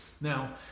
Now